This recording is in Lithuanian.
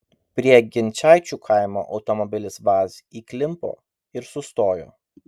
prie ginčaičių kaimo automobilis vaz įklimpo ir sustojo